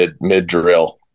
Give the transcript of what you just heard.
mid-drill